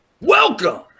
Welcome